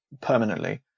permanently